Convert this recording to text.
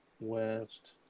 West